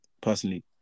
personally